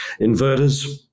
inverters